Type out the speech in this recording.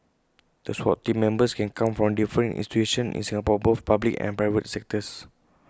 the Swat Team Members can come from different institutions in Singapore both public and private sectors